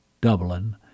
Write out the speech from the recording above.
Dublin